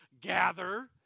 gather